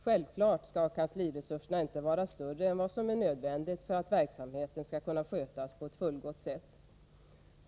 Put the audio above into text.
Självfallet skall kansliresurserna inte vara större än vad som är nödvändigt för att verksamheten skall kunna skötas på ett fullgott sätt.